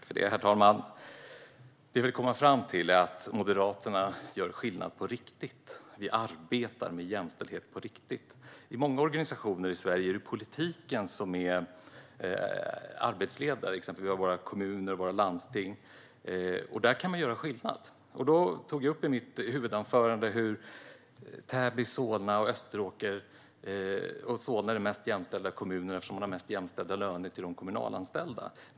Herr talman! Det som jag vill komma fram till är att Moderaterna gör skillnad på riktigt. Vi arbetar med jämställdhet på riktigt. I många organisationer i Sverige är det politiken som är arbetsledare. Vi har till exempel våra kommuner och landsting. Där kan vi göra skillnad. Jag tog i mitt huvudanförande upp Täby, Solna och Österåker. Solna är den mest jämställda kommunen, eftersom man har mest jämställda löner till de kommunanställda.